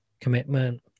commitment